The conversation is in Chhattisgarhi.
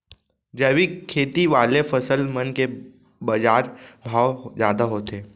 जैविक खेती वाले फसल मन के बाजार भाव जादा होथे